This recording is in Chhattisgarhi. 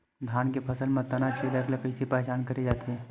धान के फसल म तना छेदक ल कइसे पहचान करे जाथे?